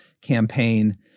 campaign